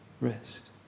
rest